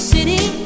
City